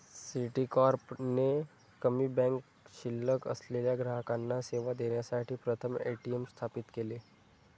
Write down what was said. Citicorp ने कमी bank शिल्लक असलेल्या ग्राहकांना सेवा देण्यासाठी प्रथम ए.टी.एम स्थापित केले